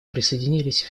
присоединились